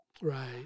Right